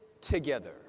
together